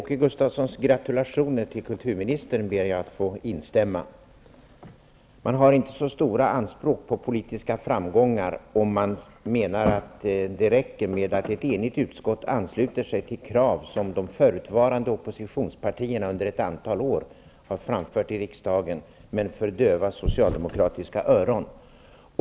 Herr talman! Jag ber att få instämma i Åke Man har inte så stora anspråk på politiska framgångar om man menar att det räcker att ett enigt utskott ansluter sig till krav som de förutvarande oppositionspartierna under ett antal år har framfört i riksdagen, men för döva socialdemokratiska öron.